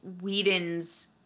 Whedon's